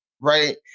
right